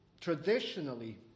Traditionally